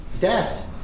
death